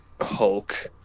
hulk